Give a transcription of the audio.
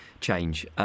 change